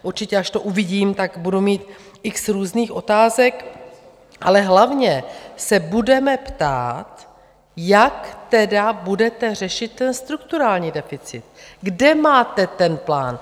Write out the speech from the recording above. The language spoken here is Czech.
Určitě, až to uvidím, tak budu mít x různých otázek, ale hlavně se budeme ptát, jak tedy budete řešit ten strukturální deficit, kde máte ten plán?